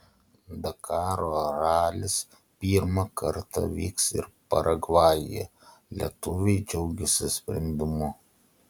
dakaro ralis pirmą kartą vyks ir paragvajuje lietuviai džiaugiasi sprendimu